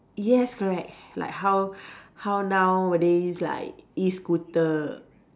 yes correct like how how nowadays like E scooter